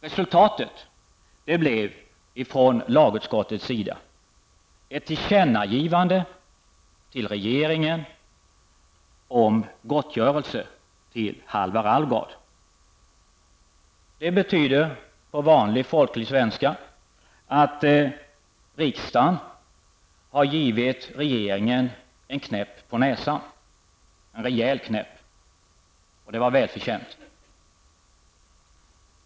Resultatet blev ett tillkännagivande från lagutskottet till regeringen om gottgörelse till Halvar Alvgard. Det betyder på vanlig folklig svenska att riksdagen har givit regeringen en rejäl knäpp på näsan, och det var välförtjänt.